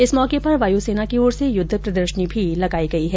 इस मौके पर वायु सेना की ओर से युद्ध प्रदर्शनी भी लगाई गई है